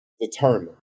determined